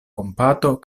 kompato